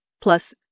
plus